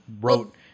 wrote